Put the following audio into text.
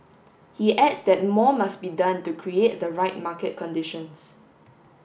he adds that more must be done to create the right market conditions